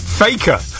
faker